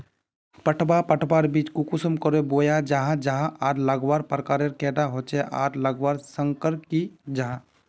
पटवा पटवार बीज कुंसम करे बोया जाहा जाहा आर लगवार प्रकारेर कैडा होचे आर लगवार संगकर की जाहा?